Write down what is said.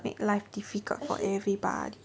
make life difficult for everybody